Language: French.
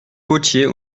potier